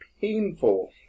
painful